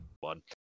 one